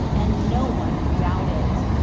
and no one can doubt it.